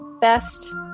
Best